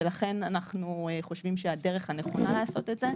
לכן אנחנו חושבים שהדרך הנכונה לעשות את זה,